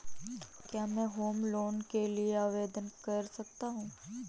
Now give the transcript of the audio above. क्या मैं home loan के लिए आवेदन कर सकता हूं?